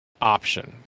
Option